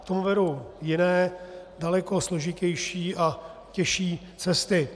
K tomu vedou jiné, daleko složitější a těžší cesty.